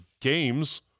games